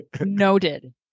Noted